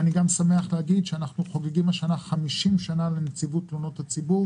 אני שמח להגיד שאנחנו חוגגים השנה 50 שנה לנציבות תלונות הציבור.